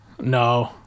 no